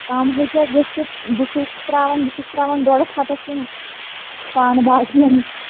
کَم ہیٚکیٛاہ گٔژھِتھ بہٕ چھَس ترٛاوان بہٕ چھَس ترٛاوان ڈۄڈَس ہَتَس یِم پانہٕ باقٕیَن